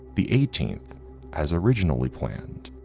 the eighteenth as originally planned.